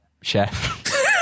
chef